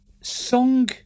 Song